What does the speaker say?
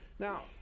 Now